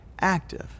active